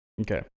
Okay